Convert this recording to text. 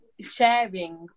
sharing